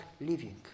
living